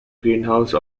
greenhouse